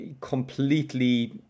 completely